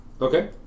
okay